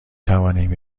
توانیم